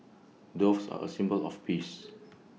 doves are A symbol of peace